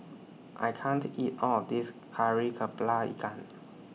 I can't eat All of This Kari Kepala Ikan